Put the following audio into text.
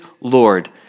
Lord